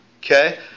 Okay